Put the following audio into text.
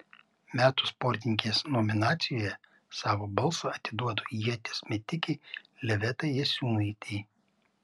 metų sportininkės nominacijoje savo balsą atiduodu ieties metikei livetai jasiūnaitei